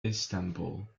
istanbul